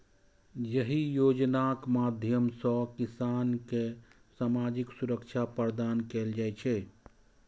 एहि योजनाक माध्यम सं किसान कें सामाजिक सुरक्षा प्रदान कैल जाइ छै